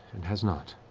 it has not.